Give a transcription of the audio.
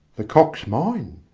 the cock's mine.